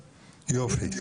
יופי.